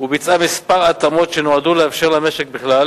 וביצעה כמה התאמות שנועדו לאפשר למשק בכלל